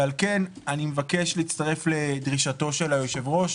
לכן אני מבקש להצטרף לשתי הדרישות של היושב-ראש